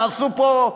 עשו פה,